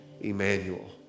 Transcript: Emmanuel